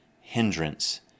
hindrance